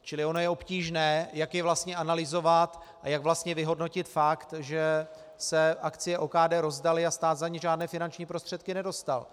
Čili ono je obtížné, jak je vlastně analyzovat a jak vlastně vyhodnotit fakt, že se akcie OKD rozdaly a stát za ně žádné finanční prostředky nedostal.